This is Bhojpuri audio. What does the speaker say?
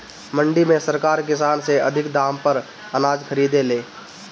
मंडी में सरकार किसान से अधिका दाम पर अनाज खरीदे ले